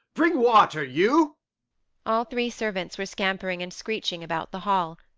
bring water, you all three servants were scampering and screeching about the hall.